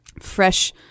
fresh